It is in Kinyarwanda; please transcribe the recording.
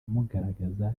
amugaragaza